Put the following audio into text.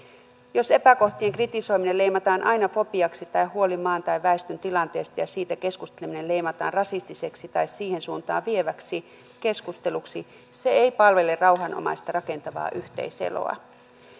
jos epäkohtien kritisoiminen leimataan aina fobiaksi tai huoli maan tai väestön tilanteesta ja siitä keskusteleminen leimataan rasistiseksi tai siihen suuntaan vieväksi keskusteluksi se ei palvele rauhanomaista rakentavaa yhteiseloa